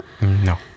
No